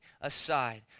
aside